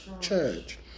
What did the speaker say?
church